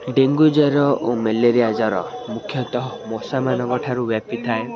dengue ଜ୍ୱର ଓ malaria ଜ୍ୱର ମୁଖ୍ୟତଃ ମଶାମାନଙ୍କ ଠାରୁ ବ୍ୟାପିଥାଏ